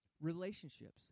relationships